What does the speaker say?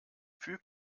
füg